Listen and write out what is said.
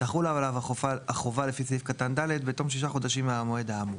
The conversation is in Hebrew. תחול עליו החובה לפי סעיף קטן (ד) בתום שישה חודשים מהמועד האמור,